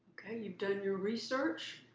you've done your research,